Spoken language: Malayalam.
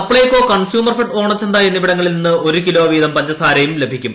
സപ്ലൈകോ കൺസ്യൂമർഫെഡ് ഓണചന്ത എന്നിവിടങ്ങളിൽ നിന്ന് ഒരു കിലോ പഞ്ചസാര ലഭിക്കും